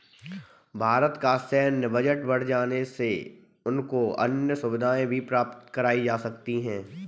भारत का सैन्य बजट बढ़ जाने से उनको अन्य सुविधाएं भी प्राप्त कराई जा सकती हैं